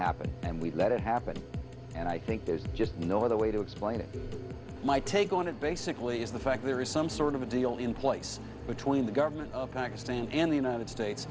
happen and we let it happen and i think there's just no other way to explain it my take on it basically is the fact there is some sort of a deal in place between the government of pakistan and the united states